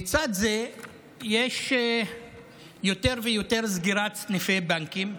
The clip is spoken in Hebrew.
לצד זה יש יותר ויותר סגירת סניפי בנקים,